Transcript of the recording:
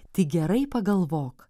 tik gerai pagalvok